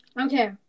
Okay